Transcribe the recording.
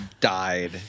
died